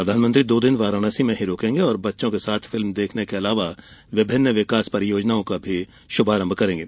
प्रधानमंत्री दो दिन वाराणसी में रूकेंगे और बच्चों के साथ फिल्म देखने के अलावा विभिन्न विकास परियोजनाओं का शुभारंभ करेंगे